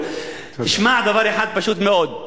תשמע דבר אחד פשוט מאוד.